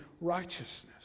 righteousness